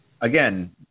Again